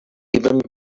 even